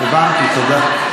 הבנתי, תודה.